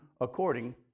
according